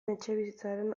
etxebizitzaren